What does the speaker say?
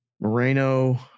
moreno